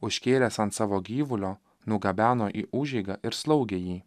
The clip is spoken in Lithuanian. užkėlęs ant savo gyvulio nugabeno į užeigą ir slaugė jį